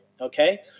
okay